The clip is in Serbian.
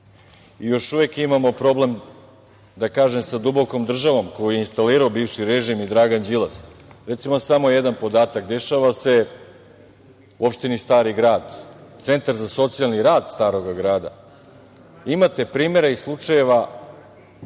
smanji. Još imamo problem, da tako kažem, sa dubokom državom, koji je instalirao bivši režim i Dragan Đilas. Recimo samo jedan podatak – dešava se u opštini Stari grad. Centar za socijalni rad Staroga grada. Imate primere i slučajeve